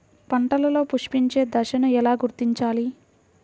పంటలలో పుష్పించే దశను ఎలా గుర్తించాలి?